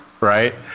right